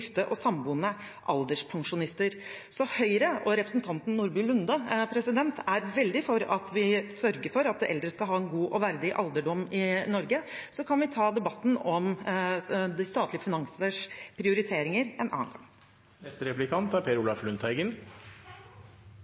og samboende alderspensjonister. Så Høyre og representanten Nordby Lunde er veldig for at vi sørger for at eldre skal ha en god og verdig alderdom i Norge. Så kan vi ta debatten om de statlige finansenes prioriteringer en annen